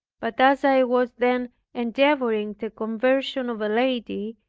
but as i was then endeavoring the conversion of a lady,